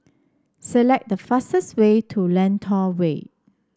select the fastest way to Lentor Way